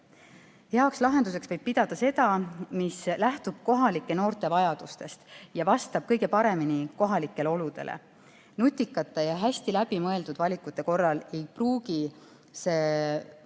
Heaks lahenduseks võib pidada lahendust, mis lähtub kohalike noorte vajadustest ja vastab kõige paremini kohalikele oludele. Nutikate ja hästi läbimõeldud valikute korral ei pruugi selle otsuse